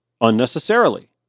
unnecessarily